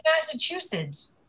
Massachusetts